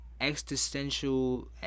existential